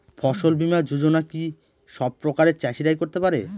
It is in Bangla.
ফসল বীমা যোজনা কি সব প্রকারের চাষীরাই করতে পরে?